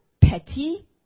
petty